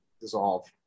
dissolve